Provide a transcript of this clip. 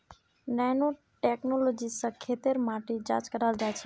nano technology स खेतेर माटी जांच कराल जाछेक